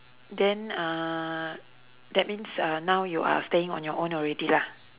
then uh that means uh now you are staying on your own already lah